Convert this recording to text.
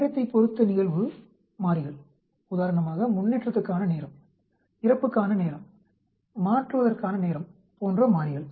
நேரத்தைப் பொருத்த நிகழ்வு மாறிகள் உதாரணமாக முன்னேற்றத்துக்கான நேரம் இறப்புக்கான நேரம் மாற்றுவதற்கான நேரம் போன்ற மாறிகள்